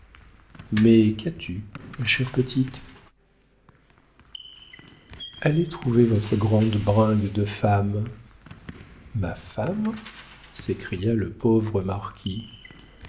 qu'as-tu ma chère petite allez trouver votre grande bringue de femme ma femme s'écria le pauvre marquis